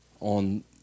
on